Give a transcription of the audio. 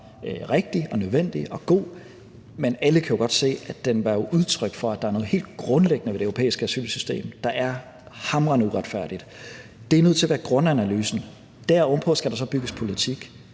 rigtig og nødvendig og god. Men alle kan jo godt se, at den var udtryk for, at der er noget helt grundlæggende ved det europæiske asylsystem, der er hamrende uretfærdigt. Det er nødt til at være grundanalysen. Derovenpå skal der så bygges politik.